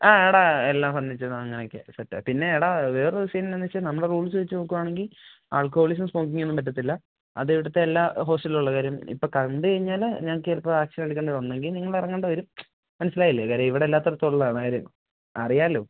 ആഹ് എടാ എല്ലാ ഫർണിച്ചറും സാധനങ്ങളൊക്കെ സെറ്റ് ആണ് പിന്നെ എടാ വേറൊരു സീൻ എന്താണെന്ന് വെച്ചാൽ നമ്മുടെ റൂൾസ് വച്ച് നോക്കുവാണെങ്കിൽ ആൽക്കഹോളിസം സ്മോക്കിങ് ഒന്നും പറ്റത്തില്ല അത് ഇവിടുത്തെ എല്ലാ ഹോസ്റ്റലിലും ഉള്ള കാര്യമാണ് ഇപ്പം കണ്ട് കഴിഞ്ഞാൽ നമുക്ക് ചിലപ്പം ആക്ഷൻ എടുക്കേണ്ടി ഒന്നുകിൽ നിങ്ങൾ ഇറങ്ങേണ്ടി വരും മനസ്സിലായില്ലേ കാര്യം ഇവിടെ എല്ലാ ഉള്ളതാ അറിയാമല്ലോ